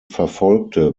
verfolgte